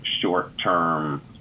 short-term